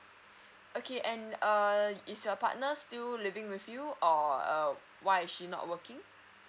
okay and err is your partner still living with you or err why is she not working